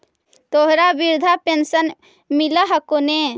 तोहरा वृद्धा पेंशन मिलहको ने?